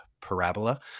parabola